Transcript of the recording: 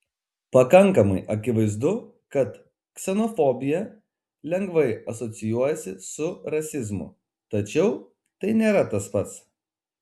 pakankamai akivaizdu kad ksenofobija lengvai asocijuojasi su rasizmu tačiau tai nėra tas pats